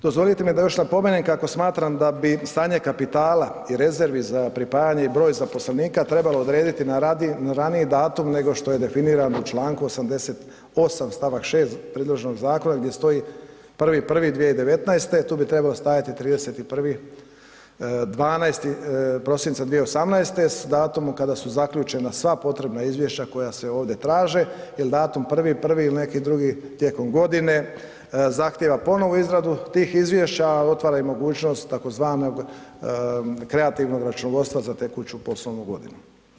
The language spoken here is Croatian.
Dozvolite mi da još napomenem kako smatram da bi stanje kapitala i rezervi za pripajanje i broj zaposlenika trebalo odrediti na raniji datum nego što je definirano u čl. 88. st.6. predloženog zakona gdje stoji 1.1.2019., tu bi trebao stajati 31.12.2018., datumu kada su zaključena sva potrebna izvješća koja se ovdje traže il datum 1.1. il neki drugi tijekom godine zahtijeva ponovnu izradu tih izvješća, a otvara i mogućnost tzv. kreativnog računovodstva za tekuću poslovnu godinu.